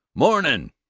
mornin'!